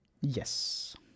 yes